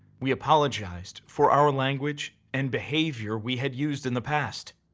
we apologized for our language and behavior we had used in the past.